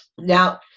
Now